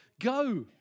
go